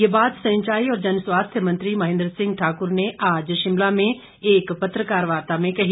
यह बात सिंचाई और जनस्वास्थ्य मंत्री महेंद्र ठाकुर ने आज शिमला में एक पत्रकार वार्ता में कही